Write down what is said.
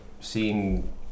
seeing